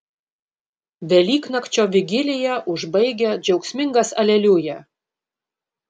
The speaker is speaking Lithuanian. velyknakčio vigiliją užbaigia džiaugsmingas aleliuja